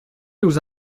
nous